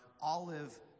olive